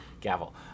gavel